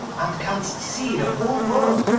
and canst see the whole world.